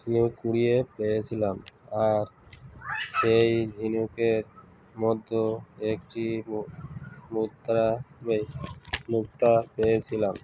ঝিনুক কুড়িয়ে পেয়েছিলাম আর সেই ঝিনুকের মধ্যে একটি মুদ্রা মুক্তা পেয়েছিলাম